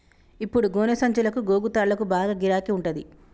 ఇప్పుడు గోనె సంచులకు, గోగు తాళ్లకు బాగా గిరాకి ఉంటంది